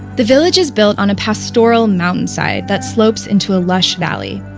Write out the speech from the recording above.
the village is built on a pastoral mountainside that slopes into a lush valley.